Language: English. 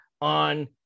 on